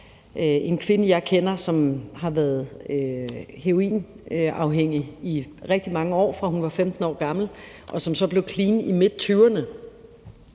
En kvinde, jeg kender, som har været heroinafhængig i rigtig mange år – fra hun var 15 år gammel – og som så blev clean i midttyverne,